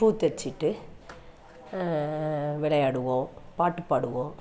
பூ தைச்சிட்டு விளையாடுவோம் பாட்டு பாடுவோம்